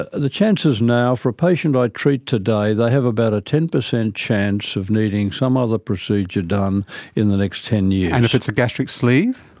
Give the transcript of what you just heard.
ah the chances now offer a patient i treat today, they have about ten percent chance of needing some other procedure done in the next ten years. and if it's a gastric sleeve?